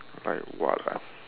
like what ah